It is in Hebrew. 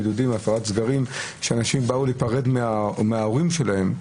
והפרת בידוד כשאנשים באו להיפרד מההורים שלהם.